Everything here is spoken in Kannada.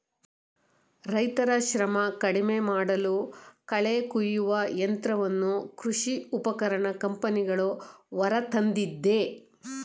ರೈತರ ಶ್ರಮ ಕಡಿಮೆಮಾಡಲು ಕಳೆ ಕುಯ್ಯುವ ಯಂತ್ರವನ್ನು ಕೃಷಿ ಉಪಕರಣ ಕಂಪನಿಗಳು ಹೊರತಂದಿದೆ